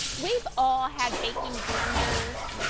we have all had baking blenders,